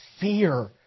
fear